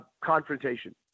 confrontation